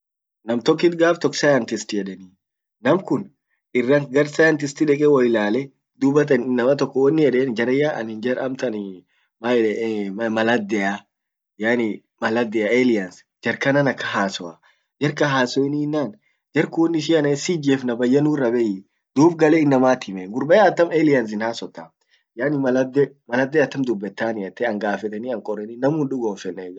nam tokkit gaf tok scientist edeni. Nam kun irran gar scientist deke woilalle, dubattan inama tokkon wonin yeden, jaranyaa anin jar amtan ee maladdea yaani maladdea, aleins jar kannan akan hassoa. Jar kan hassoeninnan, jar kun wonishin anan yet siijefna bayya nurra bei, dub gale inamat himme. gurbaya atam aliens sin hassota yaani maladde atam dubettani angafeteni an koreni namu hindugomfenne gafsun.